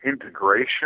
integration